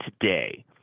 today